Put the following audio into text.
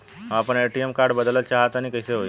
हम आपन ATM card बदलल चाह तनि कइसे होई?